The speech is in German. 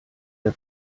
der